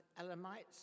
Elamites